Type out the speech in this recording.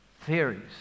theories